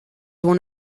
one